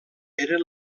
era